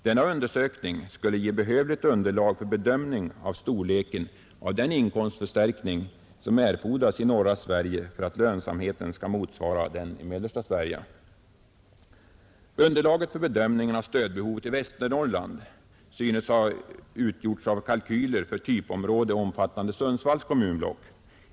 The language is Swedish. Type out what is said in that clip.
Denna undersökning skulle ge behövligt underlag för bedömning av storleken av den inkomstförstärkning som erfordras i norra Sverige för att lönsamheten skall motsvara den i mellersta Sverige. Underlaget för bedömning av stödbehovet i Västernorrland synes ha utgjorts av kalkyler för typområde, omfattande Sundsvalls kommunblock.